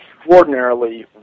extraordinarily